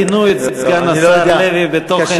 הם יעדכנו את סגן השר לוי בתוכן נאומך.